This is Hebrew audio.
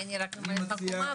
כי אני רק ממלאת מקומה,